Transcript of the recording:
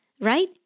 right